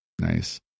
Nice